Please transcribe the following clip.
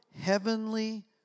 heavenly